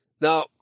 Now